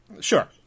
Sure